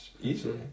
Easily